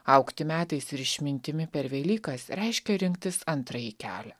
augti metais ir išmintimi per velykas reiškia rinktis antrąjį kelią